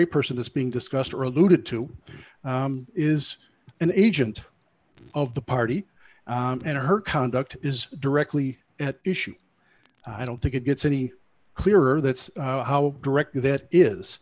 a person is being discussed or looted to is an agent of the party and her conduct is directly at issue i don't think it gets any clearer that's how directly that is